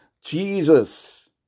Jesus